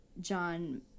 John